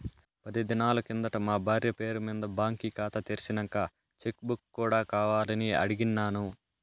పది దినాలు కిందట మా బార్య పేరు మింద బాంకీ కాతా తెర్సినంక చెక్ బుక్ కూడా కావాలని అడిగిన్నాను